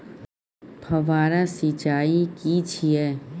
फव्वारा सिंचाई की छिये?